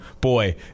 Boy